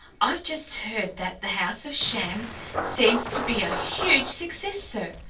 i've just heard that the house of shams seems to be a huge success, sir.